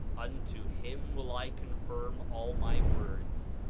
unto him will i confirm all my words,